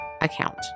account